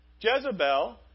Jezebel